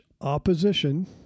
opposition